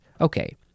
Okay